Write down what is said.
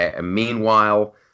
Meanwhile